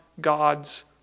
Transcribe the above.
God's